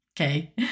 Okay